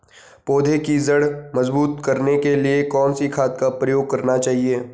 पौधें की जड़ मजबूत करने के लिए कौन सी खाद का प्रयोग करना चाहिए?